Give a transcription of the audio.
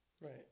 Right